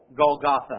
Golgotha